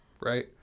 right